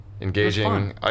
engaging